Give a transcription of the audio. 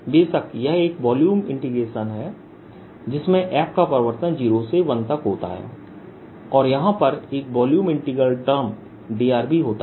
बेशक यह एक वॉल्यूम इंटीग्रल है जिसमें f का परिवर्तन 0 से 1 तक होता है और यहां पर एक volume integral term d r भी होता है